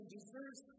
deserves